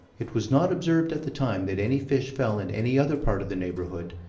it was not observed at the time that any fish fell in any other part of the neighborhood,